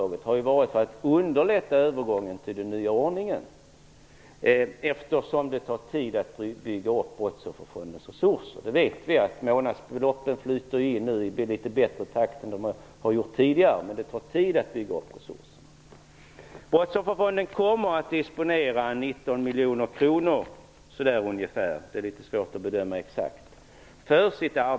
Meningen har ju varit att underlätta övergången till den nya ordningen, eftersom det tar tid att bygga upp Brottsofferfondens resurser. Vi vet att månadsbeloppen nu flyter in i litet bättre takt än de gjort tidigare. Men det tar tid att bygga upp resurserna. Brottsofferfonden kommer att disponera 19 miljoner kronor ungefär för sitt arbete. Det är litet svårt att bedöma exakt.